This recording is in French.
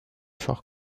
fort